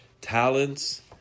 talents